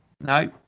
No